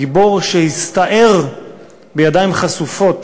גיבור שהסתער בידיים חשופות